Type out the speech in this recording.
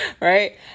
right